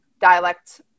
dialect